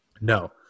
No